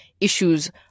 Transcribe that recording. issues